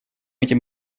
этим